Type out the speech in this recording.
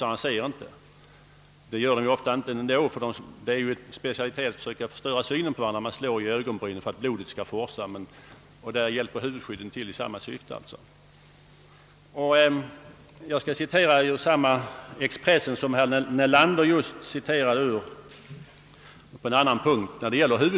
En specialitet inom boxningen är ju att slå på motståndarens ögonbryn så att blodet forsar fram och han inte ser någonting. Huvudskyddet verkar alltså på samma sätt. Jag skall citera samma nummer av Expressen som herr Nelander nyss citerade fast på en annan punkt.